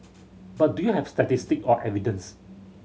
but do you have statistics or evidence